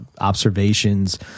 observations